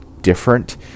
different